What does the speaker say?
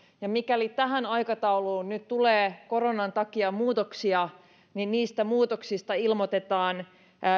ja mikäli tähän aikatauluun nyt tulee koronan takia muutoksia niin niistä muutoksista ilmoitetaan